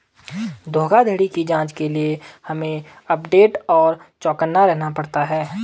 धोखाधड़ी की जांच के लिए हमे अपडेट और चौकन्ना रहना पड़ता है